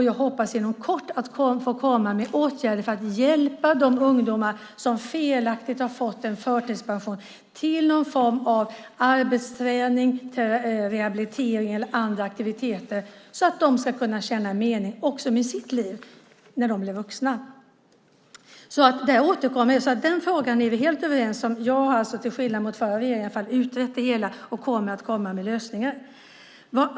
Jag hoppas att jag inom kort kan återkomma med åtgärder för att hjälpa de ungdomar som felaktigt har fått förtidspension till någon form av arbetsträning, rehabilitering eller andra aktiviteter så att de kan känna en mening med sina liv när de blir vuxna. Den frågan är vi helt överens om. Jag har alltså, till skillnad från den förra regeringen, utrett detta och kommer att komma med lösningar.